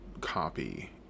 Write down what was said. copy